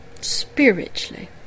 spiritually